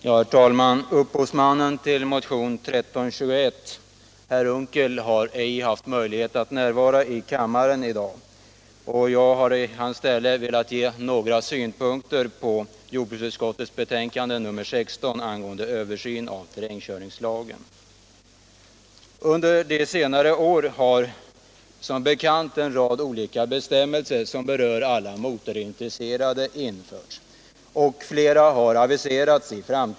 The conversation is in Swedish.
Herr talman! Upphovsmannen till motionen 1321, herr Unckel, har ej möjlighet att närvara i kammaren i dag, och jag vill i hans ställe ge några synpunkter på jordbruksutskottets betänkande nr 16 angående Under senare år har som bekant en rad bestämmelser som berör alla motorintresserade införts. Och fler har aviserats.